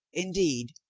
indeed,